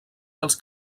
dels